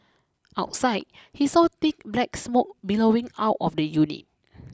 outside he saw thick black smoke billowing out of the unit